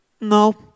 no